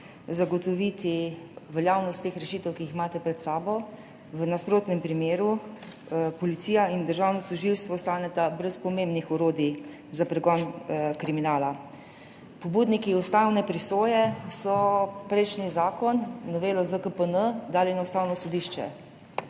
zagotoviti veljavnost teh rešitev, ki jih imate pred sabo, v nasprotnem primeru Policija in Državno tožilstvo ostaneta brez pomembnih orodij za pregon kriminala. Pobudniki ustavne presoje so prejšnji zakon, novelo ZKP-N, dali na Ustavno sodišče